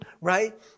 Right